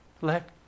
Let